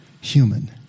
human